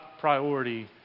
priority